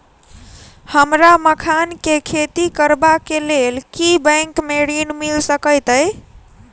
हमरा मखान केँ खेती करबाक केँ लेल की बैंक मै ऋण मिल सकैत अई?